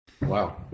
wow